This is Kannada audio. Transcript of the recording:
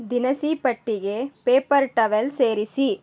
ದಿನಸಿ ಪಟ್ಟಿಗೆ ಪೇಪರ್ ಟವೆಲ್ ಸೇರಿಸಿ